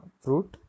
fruit